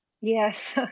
Yes